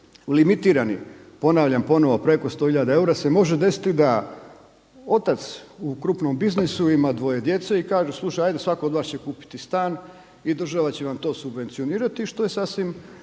limitirani, ponavljam ponovno preko 100 hiljada eura se može desiti da otac u krupnom biznisu ima dvoje djece i kaže slušaj, ajde svako od vas će kupiti stan i država će vam to subvencionirati, što je sasvim